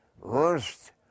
worst